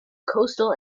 coastal